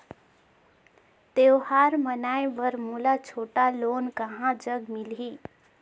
त्योहार मनाए बर मोला छोटा लोन कहां जग मिलही?